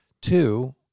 two